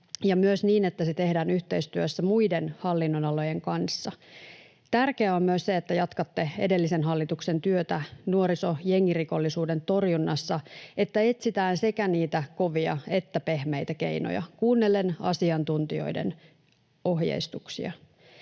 ja myös niin, että se tehdään yhteistyössä muiden hallinnonalojen kanssa. Tärkeää on myös se, että jatkatte edellisen hallituksen työtä nuorisojengirikollisuuden torjunnassa, että etsitään sekä niitä kovia että pehmeitä keinoja kuunnellen asiantuntijoiden ohjeistuksia.